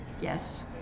yes